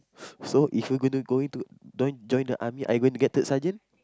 so if you are gonna go in to join join the army are you going to get third sergeant